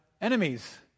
enemies